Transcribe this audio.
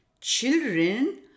Children